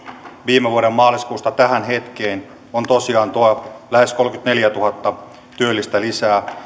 viime vuoden maaliskuusta tähän hetkeen on tosiaan tuo lähes kolmekymmentäneljätuhatta työllistä lisää